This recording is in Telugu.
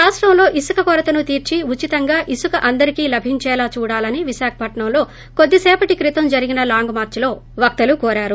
రాష్టంలో ఇసుక కొరతను తీర్చి ఉచితంగా ఇసుక అందరికీ లభించేలా చూడాలని విశాఖపట్నంలో కొద్దిసేపటి క్రితం జరిగిన లాంగ్ మార్స్ లో వక్తలు కోరారు